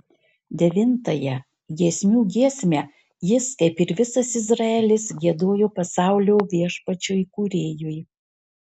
devintąją giesmių giesmę jis kaip ir visas izraelis giedojo pasaulio viešpačiui kūrėjui